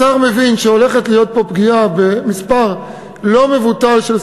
השר מבין שהולכת להיות פה פגיעה במספר לא מבוטל של סטודנטים,